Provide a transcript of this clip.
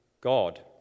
God